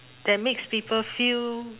that makes people feel